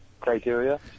criteria